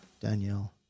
Danielle